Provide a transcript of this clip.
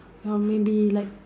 or maybe like